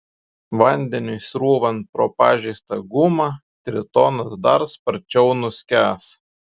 vandeniui srūvant pro pažeistą gumą tritonas dar sparčiau nuskęs